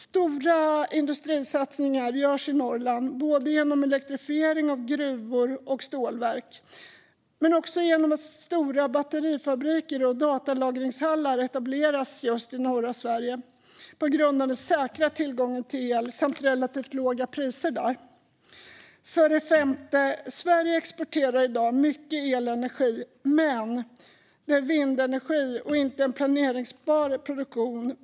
Stora industrisatsningar görs i Norrland genom elektrifiering av både gruvor och stålverk men också genom att stora batterifabriker och datalagringshallar etablerats just i norra Sverige tack vare den säkra tillgången till el samt relativt låga priser där. För det femte exporterar Sverige i dag mycket elenergi, men det är vindenergi och inte planerbar produktion.